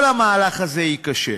כל המהלך הזה ייכשל.